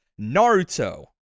Naruto